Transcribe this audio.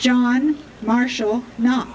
john marshall no